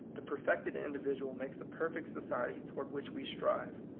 the per fected individual makes the perfect society toward which we strive.